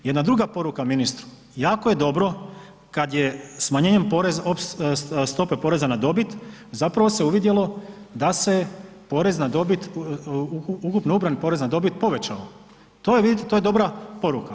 Jedna druga poruka ministru, jako je dobro kada je smanjenjem stope poreza na dobit zapravo se uvidjelo da se ukupno ubran porez na dobit povećao, to je dobra poruka.